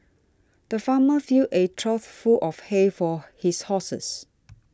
the farmer filled a trough full of hay for his horses